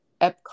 Epcot